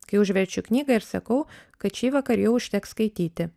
kai užverčiu knygą ir sakau kad šįvakar jau užteks skaityti